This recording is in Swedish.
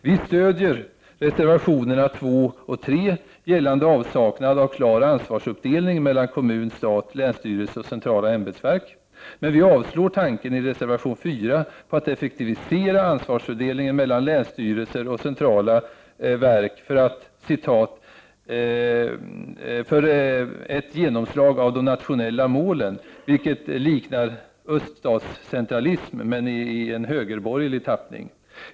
Vi stöder reservationerna 2 och 3 gällande avsaknad av en klar ansvarsuppdelning mellan kommun, stat, länsstyrelse och centrala ämbetsverk. Vi avstyrker däremot tanken i reservation 4 på att effektivisera ansvarsfördelningen mellan länsstyrelser och centrala verk för ett ”genomslag av de nationella målen”, vilket liknar öststatscentralism men i högerborgerlig tappning.